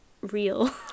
real